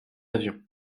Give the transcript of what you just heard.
avions